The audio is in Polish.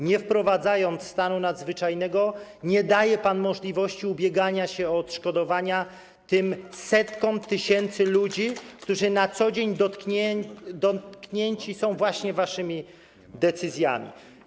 Nie wprowadzając stanu nadzwyczajnego, nie daje pan możliwości ubiegania się o odszkodowania tym setkom tysięcy ludzi, którzy na co dzień dotknięci są właśnie waszymi decyzjami.